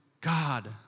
God